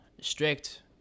strict